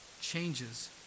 changes